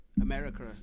America